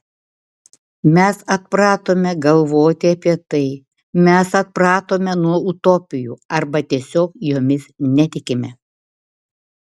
mes atpratome galvoti apie tai mes atpratome nuo utopijų arba tiesiog jomis netikime